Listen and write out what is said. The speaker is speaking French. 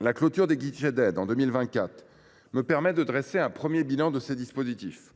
La clôture de ces guichets en 2024 me permet de dresser un premier bilan de ces dispositifs.